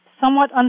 somewhat